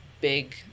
Big